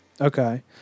Okay